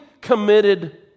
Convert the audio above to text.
committed